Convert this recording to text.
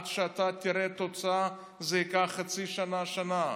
עד שאתה תראה תוצאה זה ייקח חצי שנה שנה.